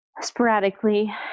sporadically